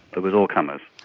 but was all comers.